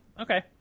okay